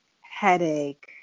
headache